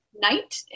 night